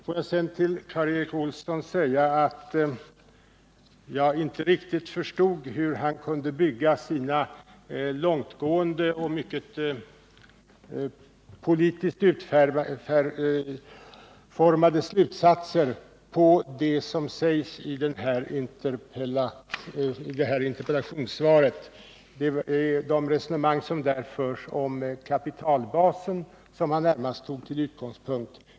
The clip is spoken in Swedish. Får jag sedan till Karl Erik Olsson säga att jag inte riktigt förstod hur han kunde bygga sina långtgående och mycket politiskt utformade slutsatser på det som sägs i det här interpellationssvaret. Det var det resonemang som där förs om kapitalbasen som han närmast tog till utgångspunkt.